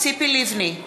ציפי לבני,